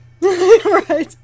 right